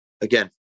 again